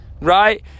right